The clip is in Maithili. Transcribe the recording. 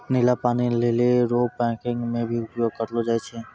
नीला पानी लीली रो पैकिंग मे भी उपयोग करलो जाय छै